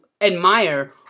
admire